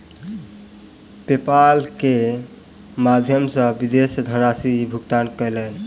PayPal के माध्यम सॅ ओ विदेश मे धनराशि भुगतान कयलैन